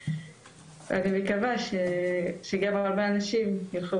אני מקווה שגם הרבה אנשים אחרים ילכו